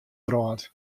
wrâld